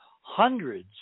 hundreds